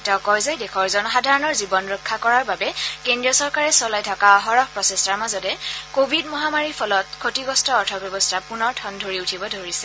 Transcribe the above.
তেওঁ কয় যে দেশৰ জনসাধাৰণৰ জীৱন ৰক্ষা কৰাৰ বাবে কেন্দ্ৰীয় চৰকাৰে চলাই থকা অহৰহ প্ৰচেষ্টাৰ মাজতে কোৱিড মহামাৰীৰ ফলত ক্ষতিগ্ৰস্ত অৰ্থব্যৱস্থা পুনৰ ঠন ধৰি উঠিব ধৰিছে